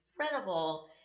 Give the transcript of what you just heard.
incredible